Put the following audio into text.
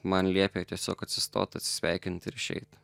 man liepė tiesiog atsistot atsisveikint ir išeit